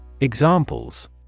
Examples